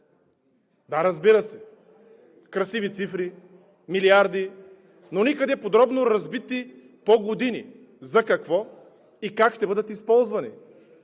Да, разбира се, красиви цифри, милиарди, но никъде подробно разбити по години – за какво и как ще бъдат използвани.